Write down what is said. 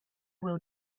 will